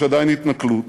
יש עדיין התנכלות,